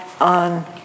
on